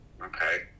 Okay